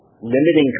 Limiting